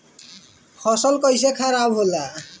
फसल कैसे खाराब होला?